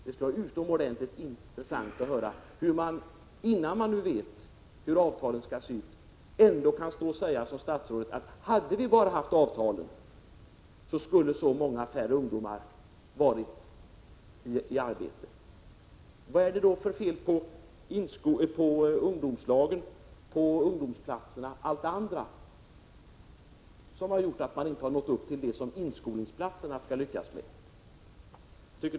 Det skulle vara utomordentligt intressant att få veta hur man, innan man vet hur avtalen skall se ut, kan stå och tala som statsrådet: Hade vi bara haft avtalen, skulle så många fler ungdomar ha haft arbete. Vad är det för fel på ungdomslagen, på ungdomsplatserna och allt det andra som gör att man inte har nått det resultat som inskolningsplatserna skall möjliggöra?